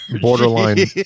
borderline